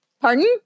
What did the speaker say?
Pardon